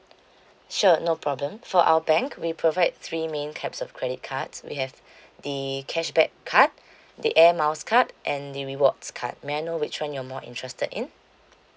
sure no problem for our bank we provide three main types of credit cards we have the cashback card the air miles card and the rewards card may I know which one you're more interested in